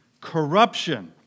corruption